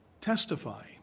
testify